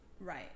right